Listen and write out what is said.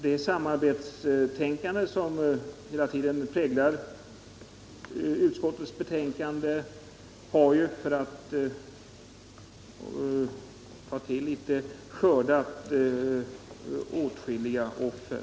Det samarbetstänkande som hela tiden präglar utskottets betänkande har skördat åtskilliga offer.